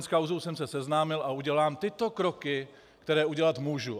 S kauzou jsem se seznámil a udělám tyto kroky, které udělat můžu.